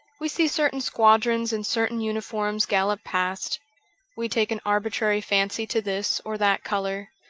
we see certain squadrons in certain uniforms gallop past we take an arbitrary fancy to this or that colour,